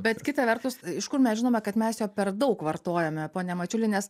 bet kita vertus iš kur mes žinome kad mes jo per daug vartojame pone mačiuli nes